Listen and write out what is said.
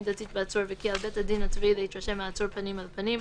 מידתית בעצור וכי על בית הדין הצבאי להתרשם מהעצור פנים אל פנים,